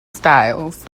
styles